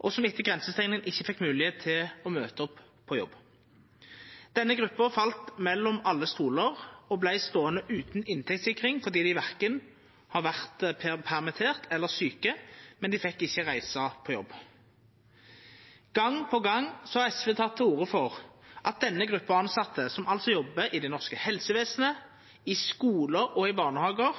og som på grunn av grensestenginga ikkje fekk moglegheit til å møta opp på jobb. Denne gruppa fall mellom alle stolar og vart ståande utan inntektssikring fordi dei verken var permitterte eller sjuke. Men dei fekk ikkje reisa på jobb. Gong på gong har SV teke til orde for at denne gruppa tilsette, som altså jobbar i det norske helsevesenet, i skolar og barnehagar